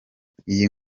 iyi